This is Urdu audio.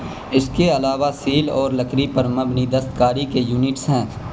اس کے علاوہ سیل اور لکری پر مبنی دستکاری کے یونٹس ہیں